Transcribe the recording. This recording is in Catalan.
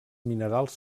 minerals